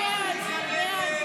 הצבעה.